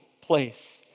place